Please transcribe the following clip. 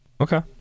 Okay